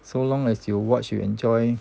so long as you watch you enjoy